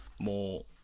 more